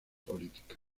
políticas